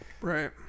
right